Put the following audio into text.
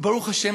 וברוך השם,